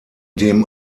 dem